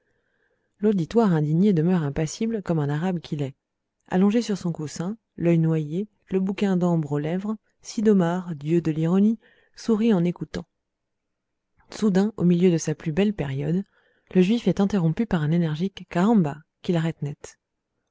l'auditoire indigné demeure impassible comme un arabe qu'il est allongé sur son coussin l'œil noyé le bouquin d'ambre aux lèvres sid'omar dieu de l'ironie sourit en écoutant soudain au milieu de sa plus belle période le juif est interrompu par un énergique caramba qui l'arrête net